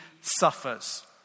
suffers